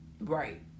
right